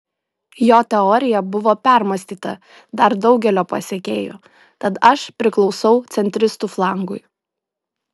jo teorija buvo permąstyta dar daugelio pasekėjų tad aš priklausau centristų flangui